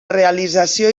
realització